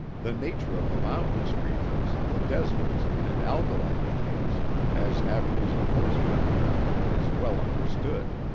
the nature of the mountainous regions, the deserts, and alkali plains as avenues of horseback travel is well understood.